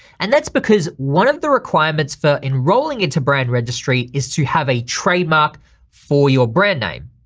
and that's because one of the requirements for enrolling into brand registry is to have a trademark for your brand name.